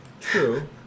True